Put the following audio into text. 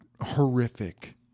horrific